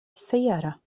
السيارة